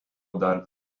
dar